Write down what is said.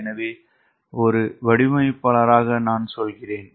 எனவே ஒரு வடிவமைப்பாளராக நான் சொல்கிறேன்